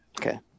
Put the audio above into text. Okay